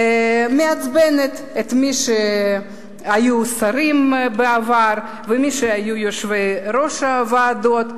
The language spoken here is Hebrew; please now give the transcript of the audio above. מעצבנת את מי שהיו שרים בעבר ומי שהיו יושבי-ראש הוועדות,